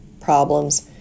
problems